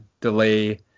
delay